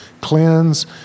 cleanse